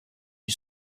une